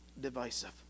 divisive